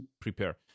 prepare